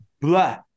blah